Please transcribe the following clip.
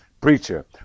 preacher